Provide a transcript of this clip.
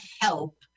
Help